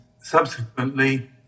subsequently